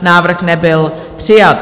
Návrh nebyl přijat.